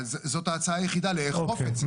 זאת ההצעה היחידה, לאכוף את זה.